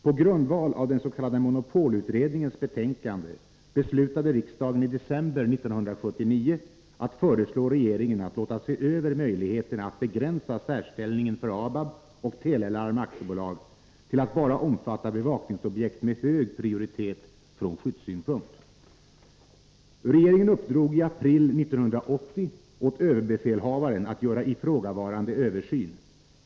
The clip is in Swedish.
På grundval av den s.k. monopolutredningens betänkande beslutade riksdagen i december 1979 att föreslå regeringen att låta se över möjligheterna att begränsa särställningen för ABAB och Tele Larm AB till att bara omfatta bevakningsobjekt med hög prioritet från skyddssynpunkt. Regeringen uppdrog i april 1980 åt överbefälhavaren att göra ifrågavarande översyn.